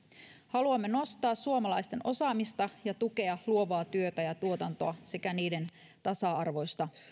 haluamme nostaa suomalaisten osaamista ja tukea luovaa työtä ja tuotantoa sekä niiden tasa arvoista